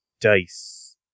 dice